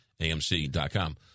amc.com